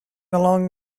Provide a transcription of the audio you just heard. along